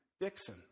Dixon